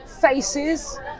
faces